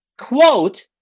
quote